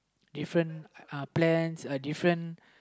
different uh plans uh different